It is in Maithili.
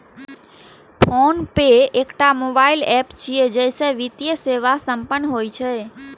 फोनपे एकटा मोबाइल एप छियै, जइसे वित्तीय सेवा संपन्न होइ छै